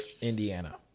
Indiana